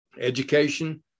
education